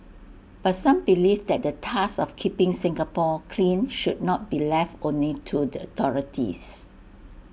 but some believe that the task of keeping Singapore clean should not be left only to the authorities